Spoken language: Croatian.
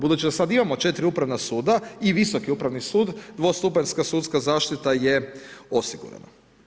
Budući da sada imamo 4 upravna suda i Visoki upravni sud, dvostupanjska sudska zaštita je osigurana.